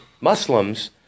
Muslims